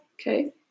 Okay